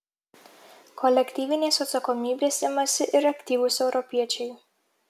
kolektyvinės atsakomybės imasi ir aktyvūs europiečiai